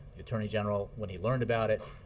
the attorney general, when he learned about it,